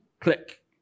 Click